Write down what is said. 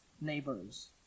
neighbors